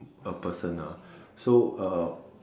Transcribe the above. a person ah so uh